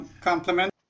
Compliment